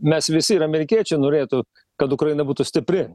mes visi ir amerikiečiai norėtų kad ukraina būtų stipri